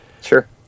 Sure